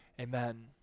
amen